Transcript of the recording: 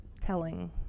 telling